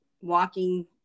walking